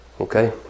okay